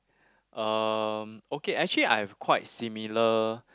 um okay actually I've quite similar